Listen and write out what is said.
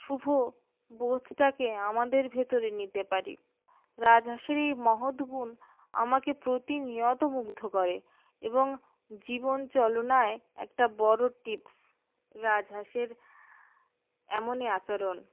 শুভ বোধটাকে আমাদের ভেতরে নিতে পারি রাজহাঁসের এই মহৎ গুণ আমাকে প্রতিনিয়ত মুগ্ধ করে এবং জীবন চলনায় একটা বড়ো টিপস রাজহাঁষের এমনই আচরণ